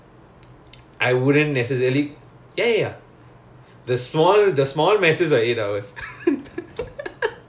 ya eight hours ah so long ah